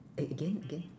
again again